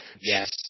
Yes